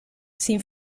sin